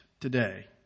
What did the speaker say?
today